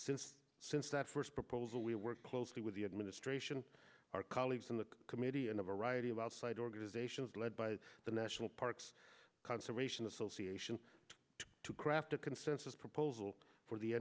since since that first proposal we worked closely with the administration our colleagues in the committee and a variety of outside organizations led by the national parks conservation association to craft a consensus proposal for the